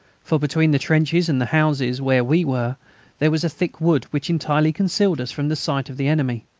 for between the trenches and the houses where we were there was a thick wood which entirely concealed us from the sight of the enemy.